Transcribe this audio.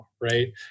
Right